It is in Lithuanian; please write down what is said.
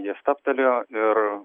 jie stabtelėjo ir